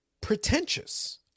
pretentious